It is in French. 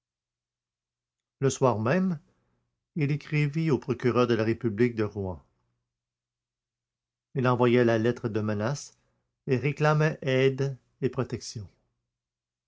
le soir même il écrivit au procureur de la république à rouen il envoyait la lettre de menaces et réclamait aide et protection